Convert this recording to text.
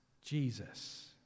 Jesus